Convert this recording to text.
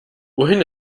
wohin